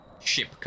ship